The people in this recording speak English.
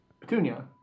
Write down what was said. Petunia